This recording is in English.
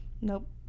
Nope